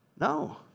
No